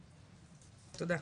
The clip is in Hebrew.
תודה.